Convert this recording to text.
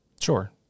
sure